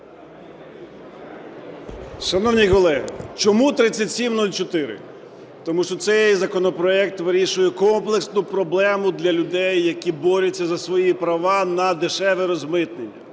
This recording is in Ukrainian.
Шановні колеги, чому 3704? Тому що цей законопроект вирішує комплексну проблему для людей, які борються за свої права на дешеве розмитнення.